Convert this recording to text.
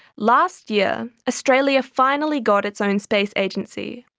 last year, australia finally got its own space agency.